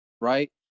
right